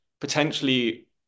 potentially